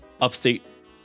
upstate